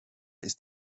ist